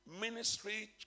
Ministry